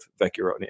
vecuronium